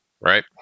right